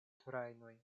trajnoj